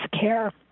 Care